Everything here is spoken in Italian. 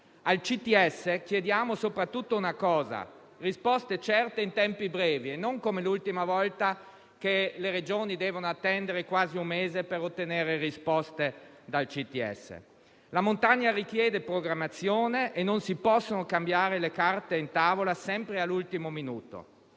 (CTS) chiediamo soprattutto una cosa: risposte certe e in tempi brevi, non come l'ultima volta, che quando le Regioni hanno dovuto attendere quasi un mese per ottenere risposte dal CTS. La montagna richiede programmazione e non si possono cambiare le carte in tavola sempre all'ultimo minuto.